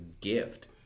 gift